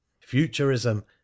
Futurism